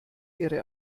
ihre